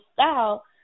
style